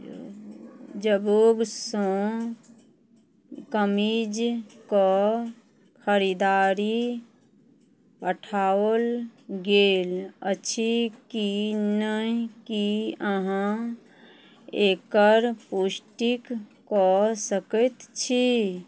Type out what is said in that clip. सँ कमीजके खरीदारी पठाओल गेल अछि कि नहि कि अहाँ एकर पुष्टिक कऽ सकैत छी